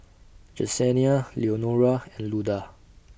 Jesenia Leonora and Luda